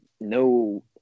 no